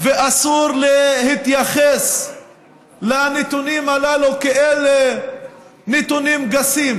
ואסור להתייחס לנתונים הללו כאל נתונים גסים.